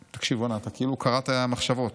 תקשיב, כאילו קראת מחשבות,